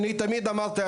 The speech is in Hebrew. אני מחייב,